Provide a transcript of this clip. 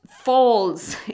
falls